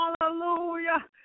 hallelujah